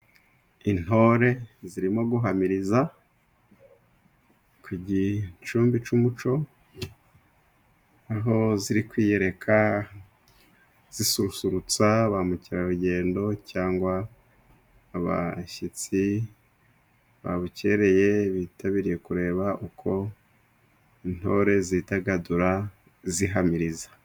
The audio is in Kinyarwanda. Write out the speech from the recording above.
Intore zirimo guhamiriza ku gicumbi cy'umuco aho ziri kwiyereka zisusurutsa ba mukerarugendo cyangwa abashyitsi babukereye bitabiriye kureba uko intore zidagadura zihamiriza.